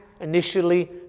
initially